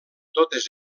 totes